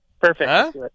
perfect